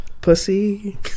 Pussy